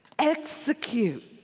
execute